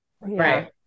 Right